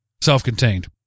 self-contained